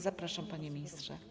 Zapraszam, panie ministrze.